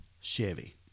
Chevy